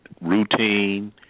routine